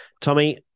Tommy